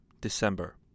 December